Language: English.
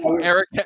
eric